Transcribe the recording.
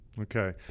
Okay